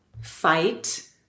fight